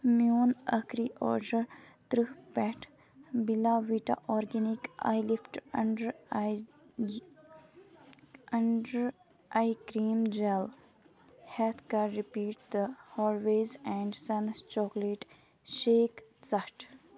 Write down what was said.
میون ٲخری آڈَر تٕرٛہ پٮ۪ٹھ Bella Vita organic eye lift under under eye cream gel ہٮ۪تھ کَر رِپیٖٹ تہٕ ہارویز اینٛڈ سَنَس چاکلیٹ شیک ژَٹھ